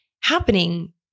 happening